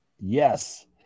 yes